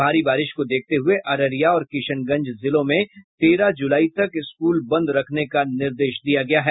भारी बारिश को देखते हुये अररिया और किशनगंज जिलों में तेरह जुलाई तक स्कूल बंद रखने का निर्देश दिया गया है